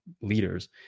leaders